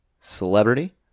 Celebrity